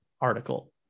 article